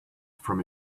from